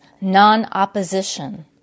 non-opposition